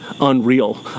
unreal